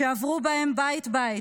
שעברו בהם בית-בית,